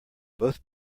both